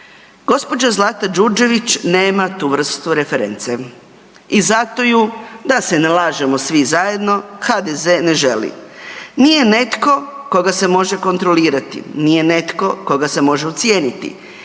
Gđa. Zlata Đurđević nema tu vrstu reference i zato ju, da se ne lažemo svi zajedno, HDZ ne želi. Nije netko koga se može kontrolirati, nije netko koga se može ucijeniti.